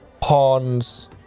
ponds